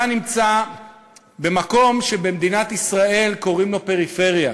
אתה נמצא במקום שבמדינת ישראל קוראים לו פריפריה.